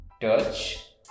touch